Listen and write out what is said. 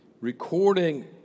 recording